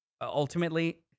ultimately